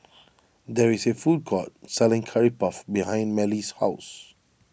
there is a food court selling Curry Puff behind Mellie's house